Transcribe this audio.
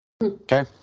Okay